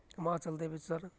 ਹਿਮਾਚਲ ਦੇ ਵਿੱਚ ਸਰ